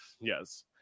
Yes